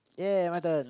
ya my turn